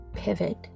pivot